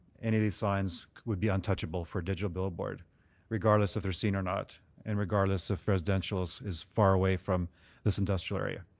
any signs would be untouchable for digital billboard regardless if they're seen or not and regardless if residential is far away from this industrial area.